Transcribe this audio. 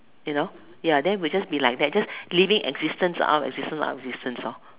you know ya then it'll just be like that just living existence out of existence out of existence orh